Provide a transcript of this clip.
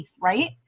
right